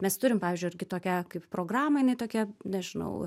mes turim pavyzdžiui irgi tokią kaip programą jinai tokia nežinau